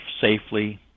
safely